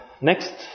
next